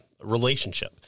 relationship